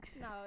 No